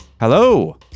Hello